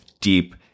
deep